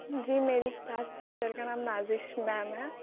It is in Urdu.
جی میری کلاس ٹیچر کا نام نازش میم ہے